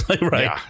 Right